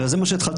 וזה מה שהתחלתי